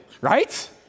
right